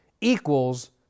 equals